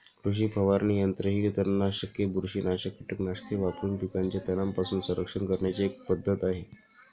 कृषी फवारणी यंत्र ही तणनाशके, बुरशीनाशक कीटकनाशके वापरून पिकांचे तणांपासून संरक्षण करण्याची एक पद्धत आहे